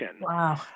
Wow